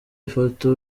ifoto